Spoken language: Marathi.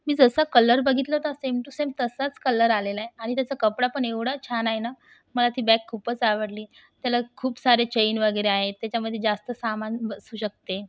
मी जसा कलर बघितला सेम टू सेम तसाच कलर आलेला आहे आणि त्याचा कपडा पण एवढा छान आहे ना मला ती बॅग खूपच आवडली त्याला खूप सारे चैन वगैरे आहेत त्याच्यामध्ये जास्त सामान बसू शकते